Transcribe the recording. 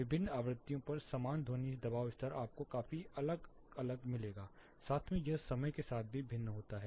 विभिन्न आवृत्तियों पर समान ध्वनि दबाव स्तर आपको काफी अलग मिलेगा साथ में यह समय के साथ भी भिन्न होता है